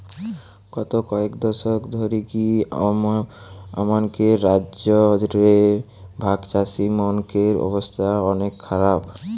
গত কয়েক দশক ধরিকি আমানকের রাজ্য রে ভাগচাষীমনকের অবস্থা অনেক খারাপ